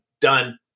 Done